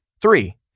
Three